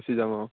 গুছি যাম অঁ